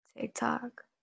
TikTok